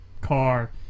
car